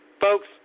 Folks